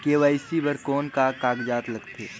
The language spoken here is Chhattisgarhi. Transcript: के.वाई.सी बर कौन का कागजात लगथे?